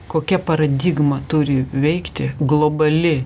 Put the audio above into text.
kokia paradigma turi veikti globali